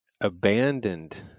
abandoned